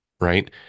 right